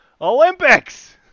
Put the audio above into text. Olympics